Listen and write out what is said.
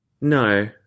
No